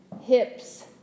Hips